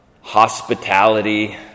hospitality